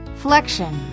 flexion